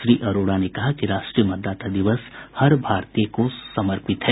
श्री अरोड़ा ने कहा कि राष्ट्रीय मतदाता दिवस हर भारतीय को समर्पित है